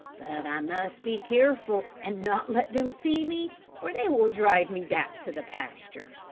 but i must be careful and not let them see me or they will drive me back to the pasture.